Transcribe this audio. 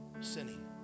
sinning